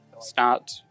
start